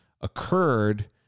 occurred